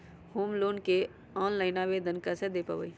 Home loan के online आवेदन कैसे दें पवई?